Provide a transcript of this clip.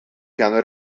piano